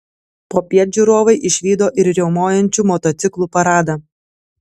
popiet žiūrovai išvydo ir riaumojančių motociklų paradą